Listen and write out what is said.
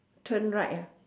turn right ah